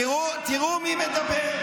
אפילו, אונס, תראו מי מדברת,